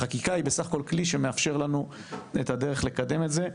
החקיקה היא בסך הכול כלי שמאפשר לנו את הדרך לקדם את זה.